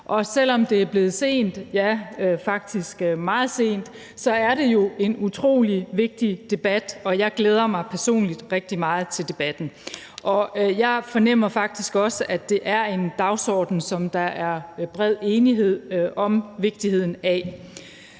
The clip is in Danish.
Selv om det er blevet sent, ja, faktisk meget sent, så er det jo en utrolig vigtig debat, og jeg glæder mig personligt rigtig meget til debatten. Jeg fornemmer faktisk også, at det er en dagsorden, som der er bred enighed om vigtigheden af.